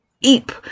eep